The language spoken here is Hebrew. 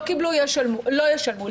לא קיבלו לא ישלמו.